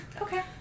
Okay